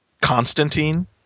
Constantine